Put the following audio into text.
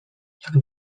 jak